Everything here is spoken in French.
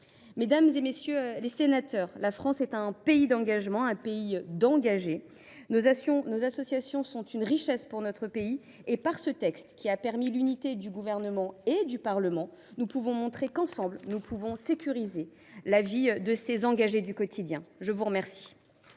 Mesdames, messieurs les sénateurs, la France est un pays d’engagement, un pays d’engagés. Nos associations sont une richesse pour notre pays et, par ce texte, qui a contribué à l’unité du Gouvernement et du Parlement, nous montrons qu’ensemble nous pouvons sécuriser la vie de ces engagés du quotidien. Nous passons